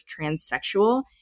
transsexual